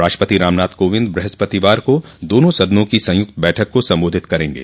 राष्ट्रपति रामनाथ कोविंद ब्रहस्पतिवार को दोनों सदनों की संयुक्त बैठक को संबोधित करेंगे